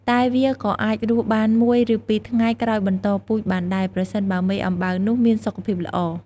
តែវាក៏អាចរស់បាន១ ឬ២ថ្ងៃ ក្រោយបន្តពូជបានដែរ ប្រសិនបើមេអំបៅនោះ មានសុខភាពល្អ។